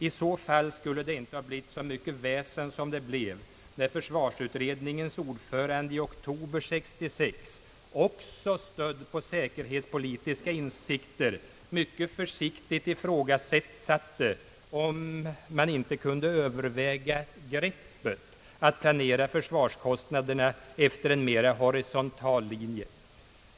I så fall skulle det inte ha blivit så mycket väsen som det blev när försvarsutredningens ordförande i oktober 1966, också stödd på säkerhetspolitiska insikter, mycket försiktigt ifrågasatte om man inte kunde överväga greppet att planera försvarskostnaderna efter en mera horisontell linje.